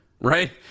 right